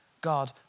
God